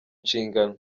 nshingano